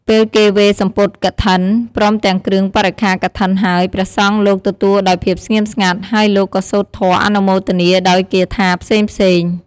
ពេលគេវេរសំពត់កឋិន ព្រមទាំងគ្រឿងបរិក្ខារកឋិនហើយ ព្រះសង្ឃលោកទទួលដោយភាពស្ងៀមស្ងាត់ ហើយលោកក៏សូត្រធម៌អនុមោទនាដោយគាថាផ្សេងៗ។